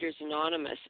Anonymous